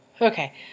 Okay